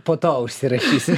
po to užsirašysiu